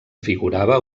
figurava